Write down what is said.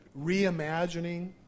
reimagining